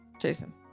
Jason